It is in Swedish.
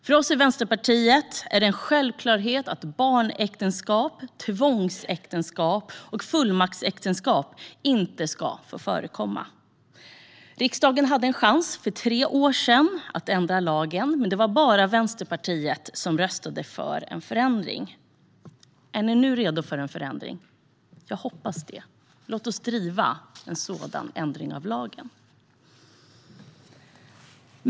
För oss i Vänsterpartiet är det en självklarhet att barnäktenskap, tvångsäktenskap och fullmaktsäktenskap inte ska få förekomma. Riksdagen hade för tre år sedan en chans att ändra lagen, men det var bara Vänsterpartiet som röstade för en förändring. Är ni nu redo för en förändring? Jag hoppas det. Låt oss driva en sådan ändring av lagen!